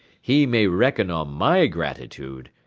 he may reckon on my gratitude,